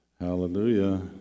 hallelujah